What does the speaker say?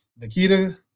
Nikita